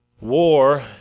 War